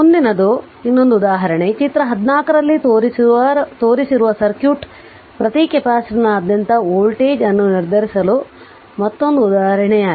ಮುಂದಿನದು ಇನ್ನೊಂದು ಉದಾಹರಣೆ ಚಿತ್ರ 14 ರಲ್ಲಿ ತೋರಿಸಿರುವ ಸರ್ಕ್ಯೂಟ್ ಪ್ರತಿ ಕೆಪಾಸಿಟರ್ನಾದ್ಯಂತ ವೋಲ್ಟೇಜ್ ಅನ್ನು ನಿರ್ಧರಿಸಲು ಮತ್ತೊಂದು ಉದಾಹರಣೆಯಾಗಿದೆ